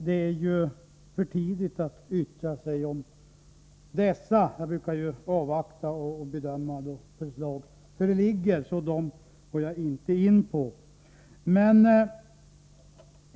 Det är ju för tidigt att yttra sig om dem — jag brukar avvakta och bedöma förslag först då de föreligger. Jag går alltså inte in på förslagen nu.